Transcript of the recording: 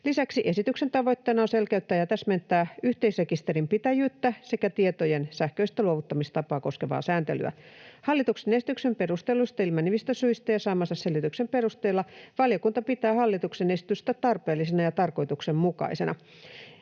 Lisäksi esityksen tavoitteena on selkeyttää ja täsmentää yhteisrekisterinpitäjyyttä sekä tietojen sähköistä luovuttamistapaa koskevaa sääntelyä. Hallituksen esityksen perusteluista ilmenevistä syistä ja saamansa selvityksen perusteella valiokunta pitää hallituksen esitystä tarpeellisena ja tarkoituksenmukaisena.